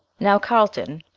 now, carlton,